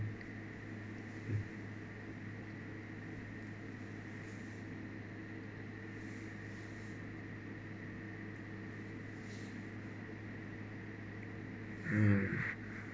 um